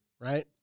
right